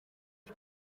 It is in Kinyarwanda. com